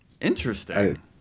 Interesting